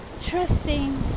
trusting